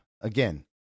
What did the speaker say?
again